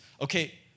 okay